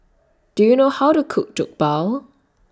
Do YOU know How to Cook Jokbal